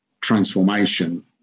transformation